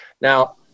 now